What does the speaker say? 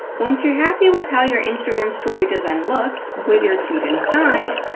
once you're happy with how your instagram story design looks with your tweet inside,